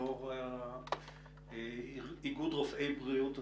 יו"ר איגוד רופאי בריאות הציבור.